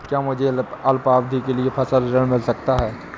क्या मुझे अल्पावधि के लिए फसल ऋण मिल सकता है?